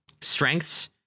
strengths